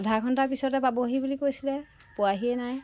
আধা ঘণ্টাৰ পিছতে পাবহি বুলি কৈছিলে পোৱাহিয়েই নাই